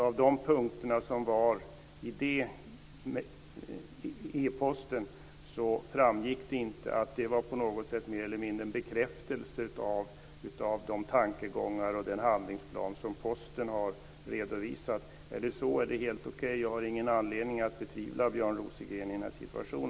Av punkterna i e-posten framgick det inte att det var mer eller mindre en bekräftelse av de tankegångar och den handlingsplan som Posten har redovisat. Är det så är det helt okej. Jag har ingen anledning att betvivla Björn Rosengren i denna situation.